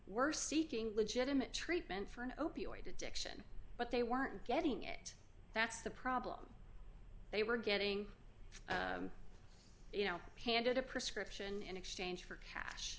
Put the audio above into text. were seeking legitimate treatment for an opioid addiction but they weren't getting it that's the problem they were getting you know handed a prescription in exchange for cash